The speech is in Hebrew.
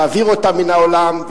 להעביר אותם מן העולם,